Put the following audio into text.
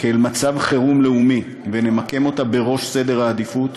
כאל מצב חירום לאומי ונמקם אותה בראש סדר העדיפות,